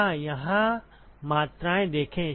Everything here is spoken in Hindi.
हाँ यहाँ मात्राएँ देखें